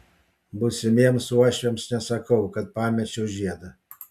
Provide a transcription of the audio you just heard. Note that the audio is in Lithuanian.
būsimiems uošviams nesakau kad pamečiau žiedą